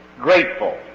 grateful